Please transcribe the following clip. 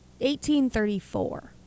1834